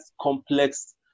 complex